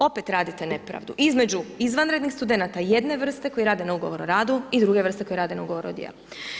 Opet radite nepravdu između izvanrednih studenata jedne vrste koji rade na ugovor o radu i druge vrste koji rade na ugovor o djelu.